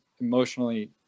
emotionally